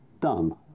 done